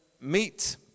meet